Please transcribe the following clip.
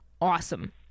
awesome